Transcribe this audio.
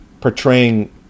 portraying